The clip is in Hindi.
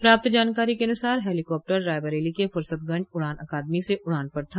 प्राप्त जानकारी के अनुसार हेलीकाप्टर रायबरेली के फरसतगंज उड़ान अकादमी से उड़ान पर था